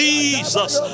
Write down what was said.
Jesus